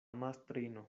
mastrino